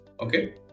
okay